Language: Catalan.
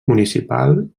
municipal